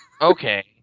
okay